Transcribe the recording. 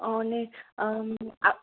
अ ने ओम